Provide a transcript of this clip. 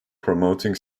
promoting